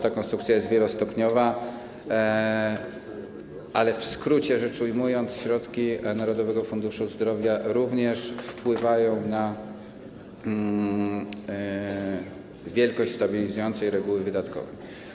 Ta konstrukcja jest wielostopniowa, ale w skrócie rzecz ujmując, środki Narodowego Funduszu Zdrowia również wpływają na wielkość stabilizującej reguły wydatkowej.